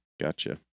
Gotcha